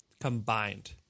combined